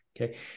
Okay